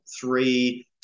three